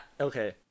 Okay